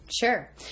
Sure